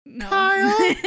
Kyle